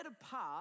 apart